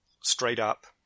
straight-up